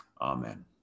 Amen